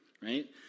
right